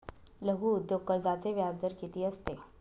लघु उद्योग कर्जाचे व्याजदर किती असते?